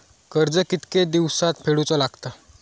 कर्ज कितके दिवसात फेडूचा लागता?